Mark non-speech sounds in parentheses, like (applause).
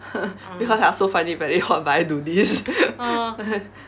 (laughs) because I also find it very hot but I do this (laughs)